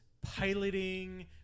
piloting